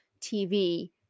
tv